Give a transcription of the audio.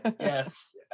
Yes